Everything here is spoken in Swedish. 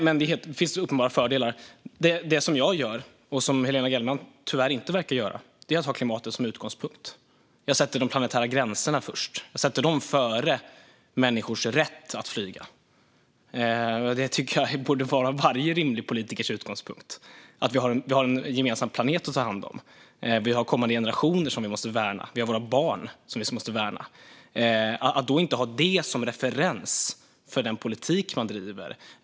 Men det finns uppenbara fördelar. Det som jag gör, och som Helena Gellerman tyvärr inte verkar göra, är att ha klimatet som utgångspunkt. Jag sätter de planetära gränserna först. Jag sätter dem före människors rätt att flyga. Jag tycker att det borde vara en rimlig utgångspunkt för alla politiker att vi har en gemensam planet att ta hand om. Vi har kommande generationer som vi måste värna. Vi har våra barn som vi måste värna. Jag kan inte förstå att man inte har det som referens för den politik som man driver.